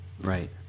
Right